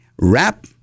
wrap